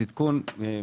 עדכון.